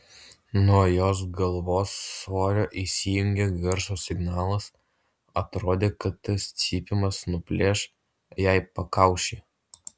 nuo jos galvos svorio įsijungė garso signalas atrodė kad tas cypimas nuplėš jai pakaušį